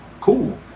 Cool